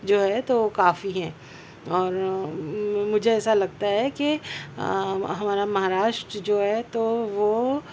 جو ہے تو کافی ہیں اور مجھے ایسا لگتا ہے کہ ہمارا مہاراشٹر جو ہے تو وہ